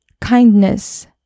Kindness